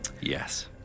Yes